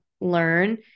learn